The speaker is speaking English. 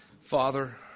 Father